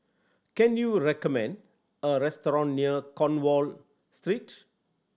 can you recommend a restaurant near Cornwall Street